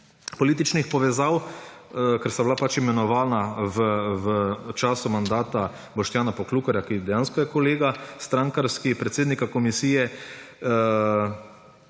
političnih povezav, ker sta bila pač imenovana v času mandata Boštjana Poklukarja, ki dejansko je strankarski kolega predsednika komisije,